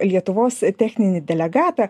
lietuvos techninį delegatą